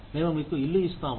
మేముమీకు ఇల్లు ఇస్తాము